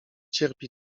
cierpi